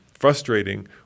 frustrating